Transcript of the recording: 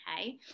okay